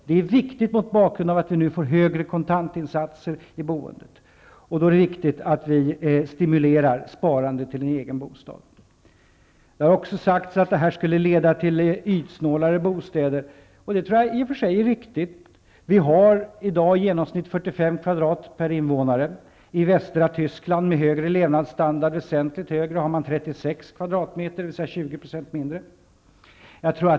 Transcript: Det är viktigt, mot bakgrund av att vi får högre kontantinsatser i boendet, och då är det viktigt att vi stimulerar sparandet till en egen bostad. Det har också sagts att det nya systemet skulle leda till ytsnålare bostäder, och det tror jag i och för sig är riktigt. Vi har i dag en bostadsyta på i genomsnitt 45 m2 per invånare. I västra Tyskland, med väsentligt högre levnadsstandard, har man 36 m2, dvs. 20 % mindre.